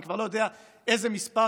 אני כבר לא יודע איזה מספר,